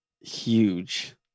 huge